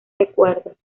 recuerdos